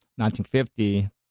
1950